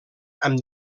amb